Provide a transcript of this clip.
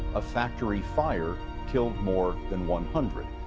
a factory fire killed more than one hundred.